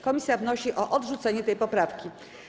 Komisja wnosi o odrzucenie tej poprawki.